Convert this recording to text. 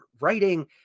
writing